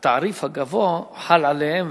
התעריף הגבוה חל עליהן,